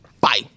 Bye